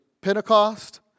Pentecost